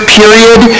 period